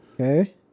Okay